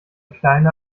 kleine